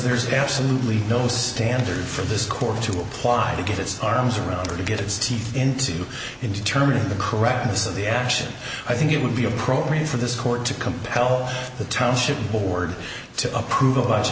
there's absolutely no standard for this court to apply to get its arms around to get its teeth into in determining the correctness of the action i think it would be appropriate for this court to compel the township board to approve of us